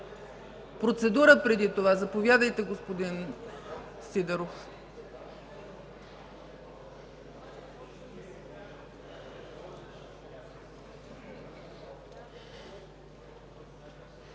Процедура преди това. Заповядайте, господин Сидеров.